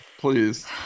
Please